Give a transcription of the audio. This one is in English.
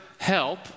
help